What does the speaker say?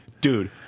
Dude